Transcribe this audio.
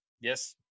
Yes